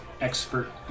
expert